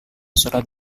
surat